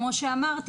כמו שאמרתי,